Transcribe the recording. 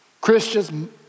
Christians